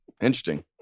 Interesting